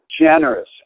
generous